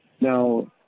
Now